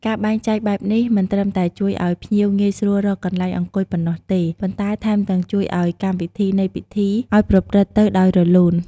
ការបែងចែកបែបនេះ មិនត្រឹមតែជួយឲ្យភ្ញៀវងាយស្រួលរកកន្លែងអង្គុយប៉ុណ្ណោះទេ ប៉ុន្តែថែមទាំងជួយអោយកម្មវិធីនៃពិធីឲ្យប្រព្រឹត្តទៅដោយរលូន ។